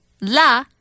La